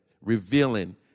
revealing